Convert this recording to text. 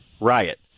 riot